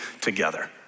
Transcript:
together